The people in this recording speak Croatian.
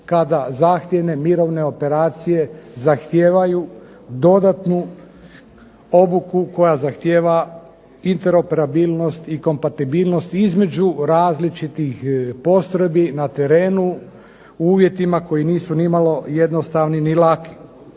kada zahtjevne mirovne operacije zahtijevaju dodatnu obuku koja zahtijeva interoperabilnost i kompatibilnost između različitih postrojbi na terenu u uvjetima koji nisu nimalo jednostavni ni laki.